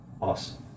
Awesome